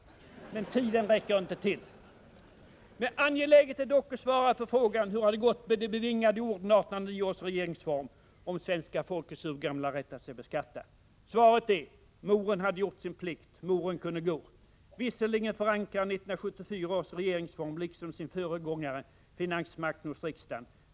Men tiden räcker inte till. Angeläget är dock att svara på frågan: Hur har det gått med de bevingade orden i 1809 års regeringsform om svenska folkets urgamla rätt att sig beskatta? Svaret är: Moren hade gjort sin plikt. Moren kunde gå. Visserligen förankrar 1974 års regeringsform liksom sin föregångare finansmakten hos riksdagen.